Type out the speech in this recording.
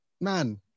man